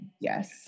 yes